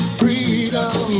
freedom